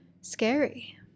scary